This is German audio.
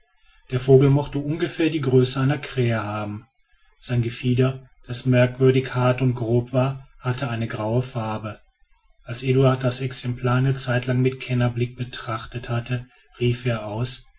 der vogel mochte ungefähr die größe einer krähe haben sein gefieder das merkwürdig hart und grob war hatte eine graue farbe als eduard das exemplar eine zeitlang mit kennerblick betrachtet hatte rief er aus